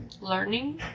learning